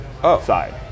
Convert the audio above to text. side